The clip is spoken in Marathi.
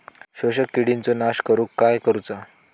शोषक किडींचो नाश करूक काय करुचा?